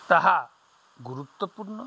ତାହା ଗୁରୁତ୍ୱପୂର୍ଣ୍ଣ